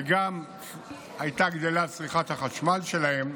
וגם הייתה גדלה צריכת החשמל שלהם,